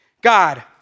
God